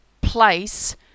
place